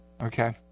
Okay